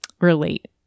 relate